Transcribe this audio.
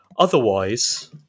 Otherwise